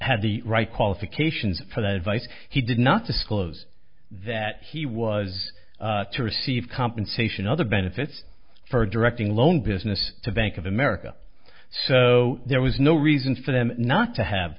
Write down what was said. had the right qualifications for that advice he did not disclose that he was to receive compensation other benefits for directing loan business to bank of america so there was no reason for them not to have